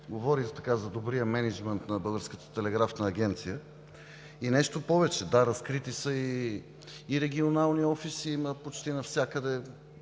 говори за добрия мениджмънт на Българската телеграфна агенция. И нещо повече – да, разкрити са и регионални офиси почти навсякъде